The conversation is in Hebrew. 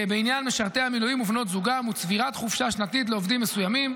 בעניין משרתי המילואים ובנות זוגם וצבירת חופשה שנתית לעובדים מסוימים,